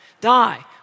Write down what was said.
Die